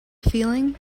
feeling